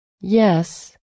Yes